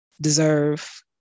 deserve